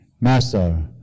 Master